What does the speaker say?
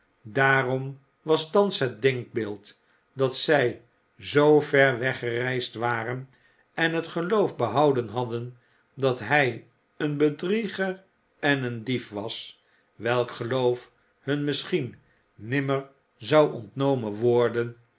daarom was thans het denkbeeld dat zij zoo ver weggereisd waren en het geloof behouden hadden dat hij een bedrieger en een dief was welk geloof hun misschien nimmer zou ontnomen worden